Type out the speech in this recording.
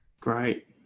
Great